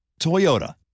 Toyota